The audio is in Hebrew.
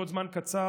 בעוד זמן קצר,